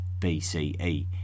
bce